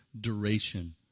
duration